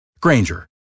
Granger